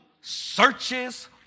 searches